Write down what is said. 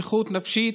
נכות נפשית,